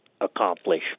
accomplish